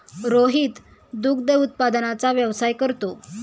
रोहित दुग्ध उत्पादनाचा व्यवसाय करतो